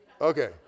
Okay